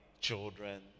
children